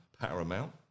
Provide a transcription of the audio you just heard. paramount